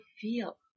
feel